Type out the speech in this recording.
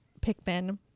Pickman